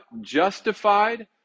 justified